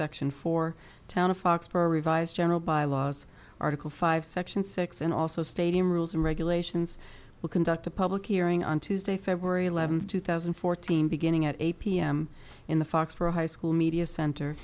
section four town of foxborough revised general bylaws article five section six and also stadium rules and regulations will conduct a public hearing on tuesday february eleventh two thousand and fourteen beginning at eight p m in the fox for high school media center